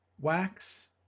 Wax